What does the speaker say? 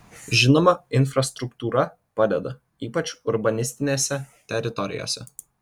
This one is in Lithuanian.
žinoma infrastruktūra padeda ypač urbanistinėse teritorijose